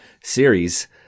series